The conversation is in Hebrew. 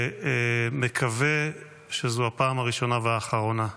ומקווה שזו הפעם הראשונה והאחרונה.